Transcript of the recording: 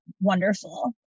wonderful